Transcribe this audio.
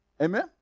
Amen